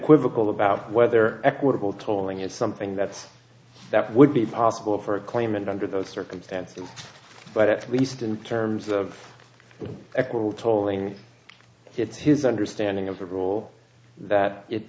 quizzical about whether equitable tolling is something that's that would be possible for a claimant under those circumstances but at least in terms of acquittal tolling it's his understanding of the rule that it